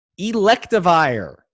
Electivire